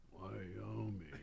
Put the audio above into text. Wyoming